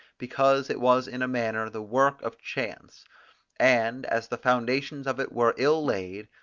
because it was in a manner the work of chance and, as the foundations of it were ill laid,